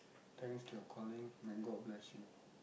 thanks to your calling may god bless you